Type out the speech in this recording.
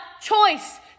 choice